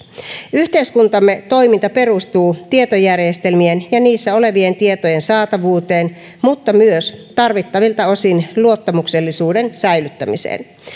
yhteiskuntamme toiminta perustuu tietojärjestelmien ja niissä olevien tietojen saatavuuteen mutta myös tarvittavilta osin luottamuksellisuuden säilyttämiseen